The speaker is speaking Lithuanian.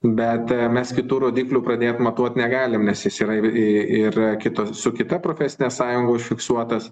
bet mes kitu rodikliu pradėt matuot negalim nes jis yra ir ir kitos su kita profesine sąjunga užfiksuotas